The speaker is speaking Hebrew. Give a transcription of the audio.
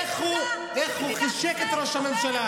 תסבירי לי איך הוא חישק את ראש הממשלה,